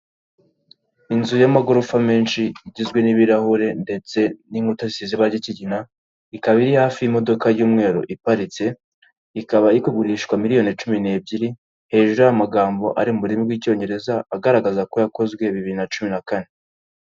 Inzu y'amagorofa menshi igizwe n'ibirahure ndetse n'inkuta zisize ibara ry'ikigina, ikaba iri hafi y'imodoka y'umweru iparitse, ikaba iri kugurishwa miliyoni cumi n'ebyiri, hejuru hari amagambo ari mu rurimi rw'icyongereza agaragaza ko yakozwe bibiri na cumi na kane.